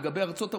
לגבי ארצות הברית,